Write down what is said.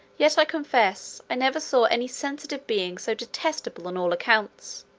yet i confess i never saw any sensitive being so detestable on all accounts